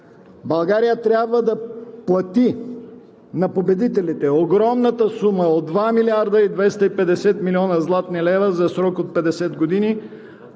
България трябва да плати на победителите огромната сума от 2 млрд. 250 млн. златни лв. за срок от 50 години,